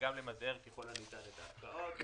וגם למזער ככל הניתן את ההפקעות.